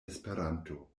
esperanto